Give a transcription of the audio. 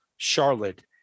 Charlotte